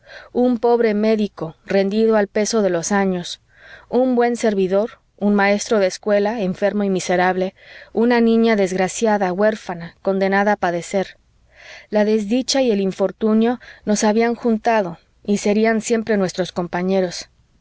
un pobre médico rendido al peso de los años un buen servidor un maestro de escuela enfermo y miserable una niña desgraciada huérfana condenada a padecer la desdicha y el infortunio nos habían juntado y serían siempre nuestros compañeros a